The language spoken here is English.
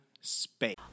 space